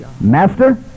Master